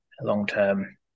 long-term